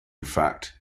fact